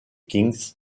kings